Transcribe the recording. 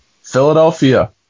philadelphia